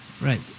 Right